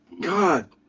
God